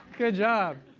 good job.